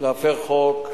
להפר חוק.